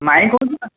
ମାଇଁ କହୁଛୁ ନା